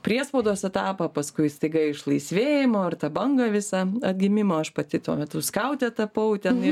priespaudos etapą paskui staiga išlaisvėjimo ir tą bangą visą atgimimo aš pati tuo metu skaute tapau ten